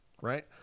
Right